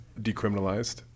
decriminalized